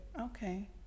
Okay